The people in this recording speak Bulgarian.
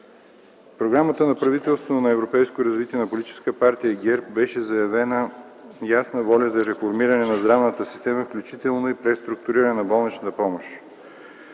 Програмата на правителството на европейското развитие на политическа партия ГЕРБ беше заявена ясна воля за реформиране на здравната система, включително и преструктуриране на болничната помощ.